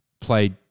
played